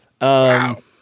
Wow